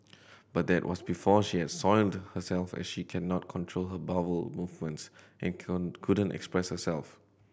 but that was before she had soiled herself as she cannot control her movements and couldn't express herself